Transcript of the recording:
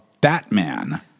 Batman